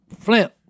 flint